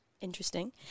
Interesting